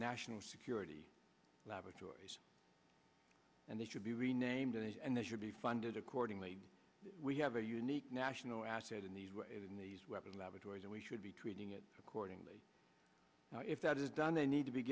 national security laboratories and they should be renamed and they should be funded accordingly we have a unique national asset in the in these weapons laboratories and we should be treating it accordingly if that is done they need to be